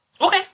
Okay